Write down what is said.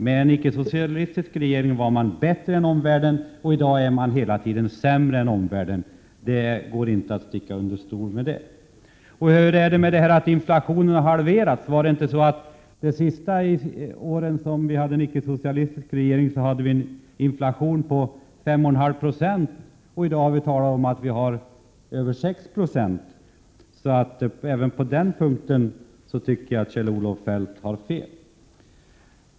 Med en icke-socialistisk regering var vi bättre än omvärlden, och i dag är man hela tiden sämre än omvärlden. Det går inte att sticka under stol med detta. Hur är det med detta att inflationen har halverats? Under de senaste åren som vi hade en icke-socialistisk regering var inflationen 5 1/2 90, medan vi i dag har en inflation på över 6 26. Även på denna punkt tycker jag att Kjell-Olof Feldt har fel.